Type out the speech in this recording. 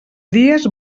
dies